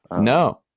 no